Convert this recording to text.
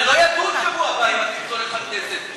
זה לא יידון בשבוע הבא אם זה הולך לוועדת הכנסת,